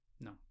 no